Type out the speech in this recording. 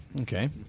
Okay